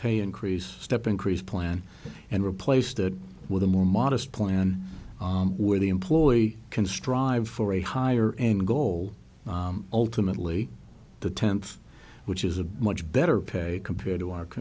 pay increase step increase plan and replace that with a more modest plan where the employee can strive for a higher end goal ultimately the tenth which is a much better pay compared to our